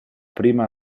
prima